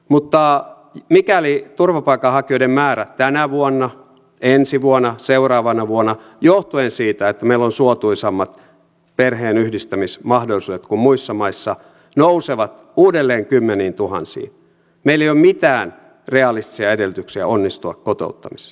mutta mikäli turvapaikanhakijoiden määrä tänä vuonna ensi vuonna seuraavana vuonna johtuen siitä että meillä on suotuisammat perheenyhdistämismahdollisuudet kuin muissa maissa nousevat uudelleen kymmeniintuhansiin meillä ei ole mitään realistisia edellytyksiä onnistua kotouttamisessa